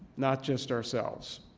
not just ourselves.